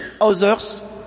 Others